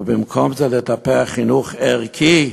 ובמקום זה, לטפח חינוך ערכי,